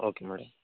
okay madam